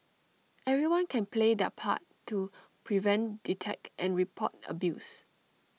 everyone can play their part to prevent detect and report abuse